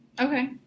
Okay